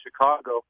Chicago